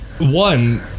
One